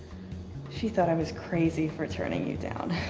she thought i was crazy for turning you down.